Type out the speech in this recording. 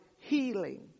healing